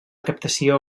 captació